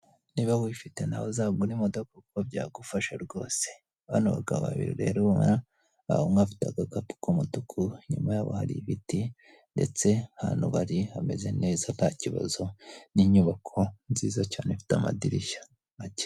Niba wifite nawe bazagure imodoka kuko byagufasha rwose. Bano bagabo babiri rero ubona, umwe afite agakapu k'umutuku. Inyuma yabo hari ibiti ndetse ahantu bari hameze neza nta kibazo, n'inyubako nziza cyane ifite amadirishya macye.